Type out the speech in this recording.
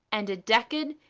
and a decad,